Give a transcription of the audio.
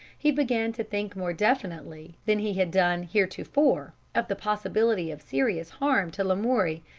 he began to think more definitely than he had done heretofore of the possibility of serious harm to lamoury.